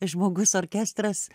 žmogus orkestras